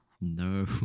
No